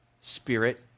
Spirit